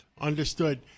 Understood